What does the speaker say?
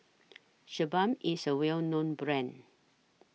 Sebamed IS A Well known Brand